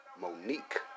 Monique